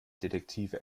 detektive